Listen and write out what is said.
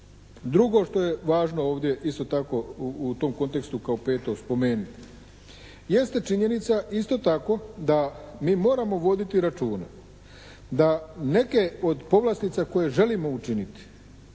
Drugo što je važno ovdje isto tako, u tom kontekstu kao peto spomenuti. Jeste činjenica isto tako da mi moramo voditi računa da neke od povlastica koje želimo učiniti